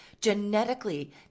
genetically